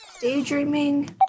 Daydreaming